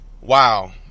wow